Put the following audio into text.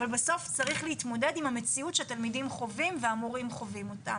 אבל בסוף צריך להתמודד עם המציאות שהתלמידים והמורים חווים אותה.